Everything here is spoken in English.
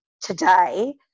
today